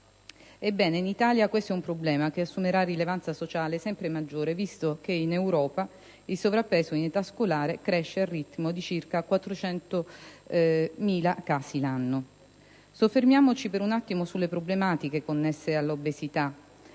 Ebbene, in Italia questo è un problema che assumerà una rilevanza sociale sempre maggiore, visto che in Europa il sovrappeso in età scolare cresce al ritmo di circa 400.000 casi l'anno. Soffermiamoci per un attimo sulle problematiche connesse all'obesità: